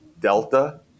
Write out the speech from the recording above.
Delta